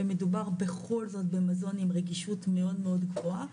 ומדובר בכל זאת במזון עם רגישות מאוד-מאוד גבוהה.